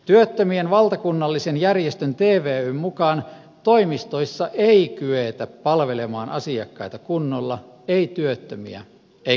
työttömien valtakunnallisen järjestön tvyn mukaan toimistoissa ei kyetä palvelemaan asiakkaita kunnolla ei työttömiä eikä työnantajia